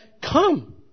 come